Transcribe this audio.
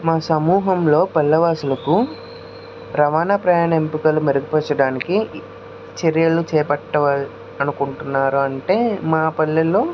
మా సమూహంలో పల్లె వాసులకు రవాణా ప్రయాణింపులు మెరుగుపరచటానికి చర్యలు చేపట్టవల అనుకుంటున్నారు అంటే మా పల్లెల్లో